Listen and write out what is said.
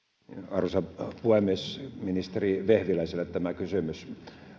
arvoisa puhemies ministeri vehviläiselle tämä kysymys